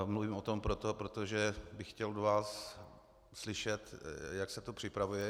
Mluvím o tom, protože bych chtěl od vás slyšet, jak se to připravuje.